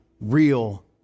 real